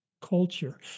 culture